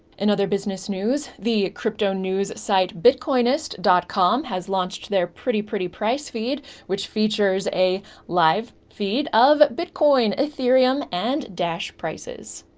in other business news the crypto news site bitcoinist dot com has launched their pretty pretty price feed which features a live feed of bitcoin, ethereum, and dash prices.